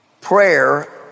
prayer